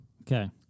Okay